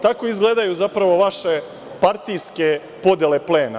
Tako izgledaju, zapravo, vaše partijske podele plena.